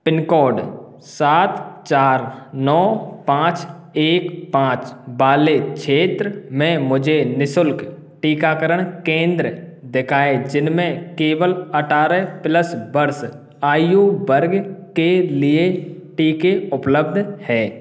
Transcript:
pin code सात चार नौ पांच एक पांच वाले क्षेत्र में मुझे निःशुल्क टीकाकरण केंद्र दिखाएँ जिनमें केवल अठारह प्लस वर्ष आयु वर्ग के लिए टीके उपलब्ध है